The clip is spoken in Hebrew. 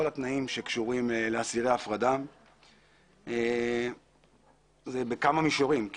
התנאים שקשורים לאסירי הפרדה וזה בכמה מישורים.